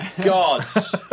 gods